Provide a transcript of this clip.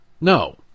No